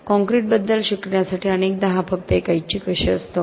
काँक्रीटबद्दल शिकण्यासाठी अनेकदा हा फक्त एक ऐच्छिक विषय असतो